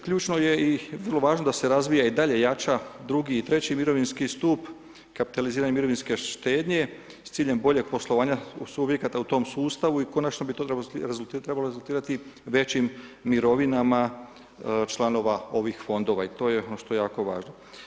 Ključno je i vrlo važno da se razvija i dalje jača drugi i treći mirovinski stup, kataliziranje mirovinske štednje s ciljem boljeg poslovanja subjekata u tom sustavu i konačno bi to trebalo rezultirati većim mirovinama članova ovih fondova i to je ono što je jako važno.